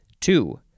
Two